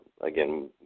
again